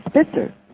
Spitzer